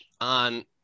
on